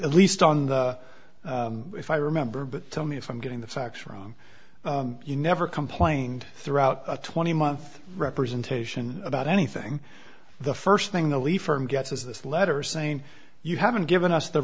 at least on the if i remember but tell me if i'm getting the facts wrong you never complained throughout a twenty month representation about anything the first thing the lead from gets is this letter saying you haven't given us the